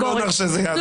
מי אומר שזה יעבור, טלי?